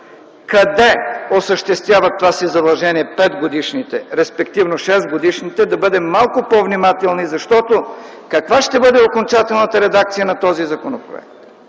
къде осъществяват това си задължение пет, респективно 6-годишните, да бъдем малко по-внимателни! Каква ще бъде окончателната редакция на този законопроект